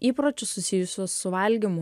įpročius susijusius su valgymu